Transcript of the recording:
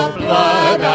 blood